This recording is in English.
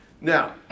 Now